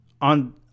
on